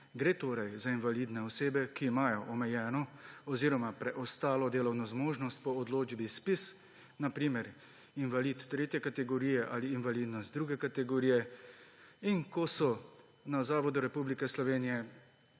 Gre torej za invalidne osebe, ki imajo omejeno oziroma preostalo delovno zmožnost po odločbi ZPIZ, na primer invalid III. kategorije ali invalidnost II. kategorije. In ko so na Zavodu Republike Slovenije